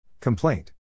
Complaint